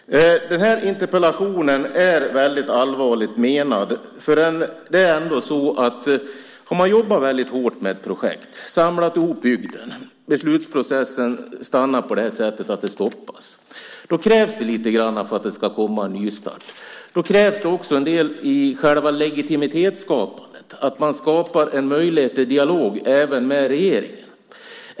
Interpellationen är väldigt allvarligt menad. Om man jobbar hårt med ett projekt och samlar ihop bygden och beslutsprocessen sedan stoppas på det här sättet krävs det lite grann för att det ska komma en nystart. Då krävs det också en del i själva legitimitetsskapandet. Man måste skapa en möjlighet till dialog även med regeringen.